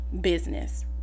business